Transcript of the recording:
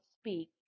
speak